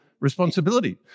responsibility